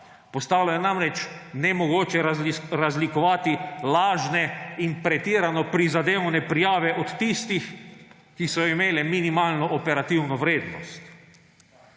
Postalo je namreč nemogoče razlikovati lažne in pretirano prizadevne prijave od tistih, ki so imele minimalno operativno vrednost.